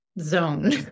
zone